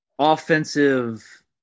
offensive